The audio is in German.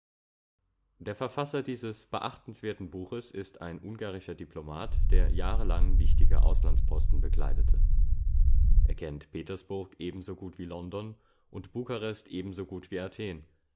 der verfasser dieses beachtenswerten buches ist ein ungarischer diplomat der jahrelang wichtige auslandsposten bekleidete er kennt petersburg ebensogut wie london und bukarest ebensogut wie athen